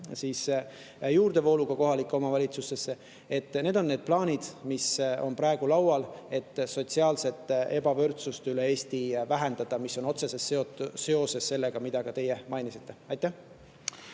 juurdevooluga kohalikesse omavalitsustesse. Need on need plaanid, mis on praegu laual, et sotsiaalset ebavõrdsust üle Eesti vähendada, ja mis on ka otseses seoses sellega, mida teie mainisite. Aitäh!